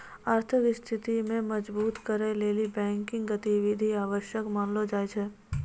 आर्थिक स्थिति के मजबुत करै लेली बैंकिंग गतिविधि आवश्यक मानलो जाय छै